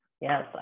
Yes